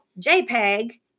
JPEG